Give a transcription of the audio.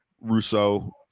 Russo